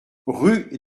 rue